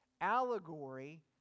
allegory